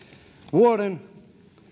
vuoden